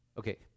Okay